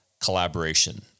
collaboration